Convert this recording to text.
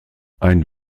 ein